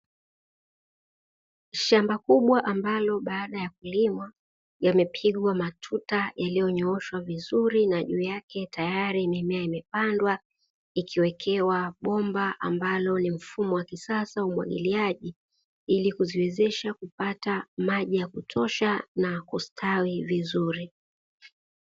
Shamba kubwa ambalo baada ya kulimwa yamepigwa matuta yaliyonyooshwa vizuri, na juu yake tayari mimea imepandwa ikiwekewa bomba ambalo ni mfumo wa kisasa wa umwagiliaji ili kutuwezesha kupata maji ya kutosha na kustawi vizuri.